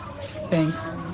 Thanks